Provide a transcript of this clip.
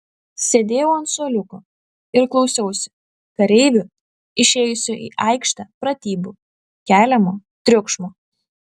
sėdėjau ant suoliuko ir klausiausi kareivių išėjusių į aikštę pratybų keliamo triukšmo